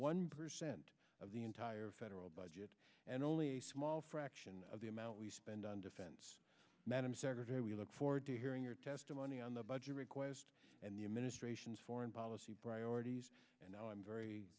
one percent of the entire federal budget and only a small fraction of the amount we spend on defense madam secretary we look forward to hearing your testimony on the budget request and the administration's foreign policy priorities and i'm very